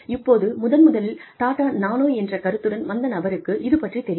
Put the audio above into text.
இப்போது முதன் முதலில் டாடா நானோ என்ற கருத்துடன் வந்த நபருக்கு இது பற்றித் தெரியும்